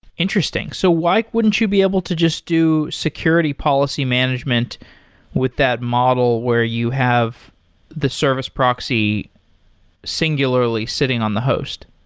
interesting. so why wouldn't you able to just do security policy management with that model where you have the service proxy singularly sitting on the host?